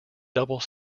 double